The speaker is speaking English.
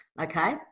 Okay